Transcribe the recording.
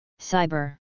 Cyber